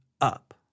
up